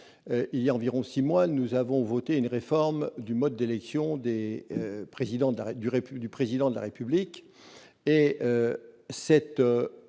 Voilà environ six mois, nous avons voté une réforme du mode d'élection du Président de la République, le principal